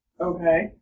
Okay